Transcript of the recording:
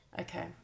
Okay